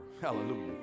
Hallelujah